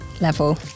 level